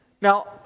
Now